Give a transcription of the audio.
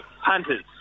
Hunters